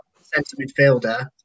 centre-midfielder